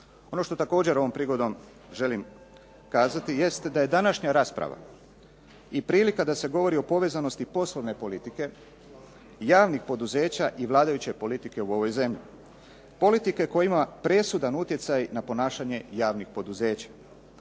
Ono što također ovom prigodom želim kazati jest da je današnja rasprava i prilika da se govori o povezanosti poslovne politike javnih poduzeća i vladajuće politike u ovoj zemlji, politike koja ima presudan utjecaj na ponašanje javnih poduzeća.